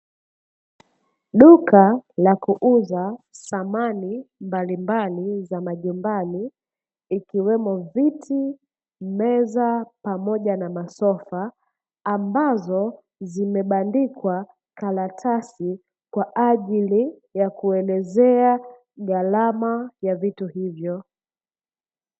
Duka la kuuza samani mbalimbali za majumbani, ikiwemo viti, meza pamoja na masofa, ambazo zimebandikwa karatasi, kwa ajili ya kuelezea gharama ya vitu hivyo.